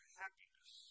happiness